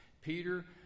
Peter